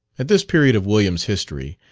at this period of william's history,